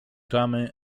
tamy